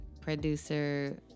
producer